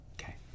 Okay